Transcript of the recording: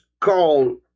called